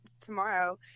tomorrow